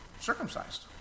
circumcised